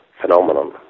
phenomenon